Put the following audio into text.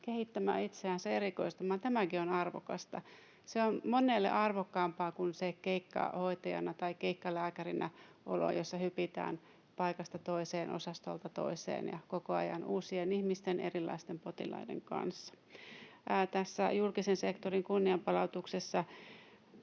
kehittämään itseänsä, erikoistumaan. Tämäkin on arvokasta. Se on monelle arvokkaampaa kuin se keikkahoitajana tai keikkalääkärinä olo, jossa hypitään paikasta toiseen, osastolta toiseen ja koko ajan uusien ihmisten, erilaisten potilaiden kanssa. Tässä julkisen sektorin kunnianpalautuksessa